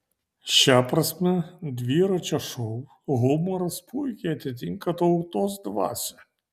šia prasme dviračio šou humoras puikiai atitinka tautos dvasią